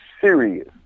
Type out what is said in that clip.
serious